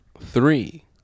three